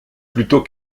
plutôt